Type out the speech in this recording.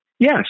Yes